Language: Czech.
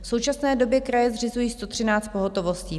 V současné době kraje zřizují 113 pohotovostí.